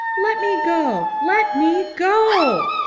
let me go! let me go!